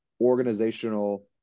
organizational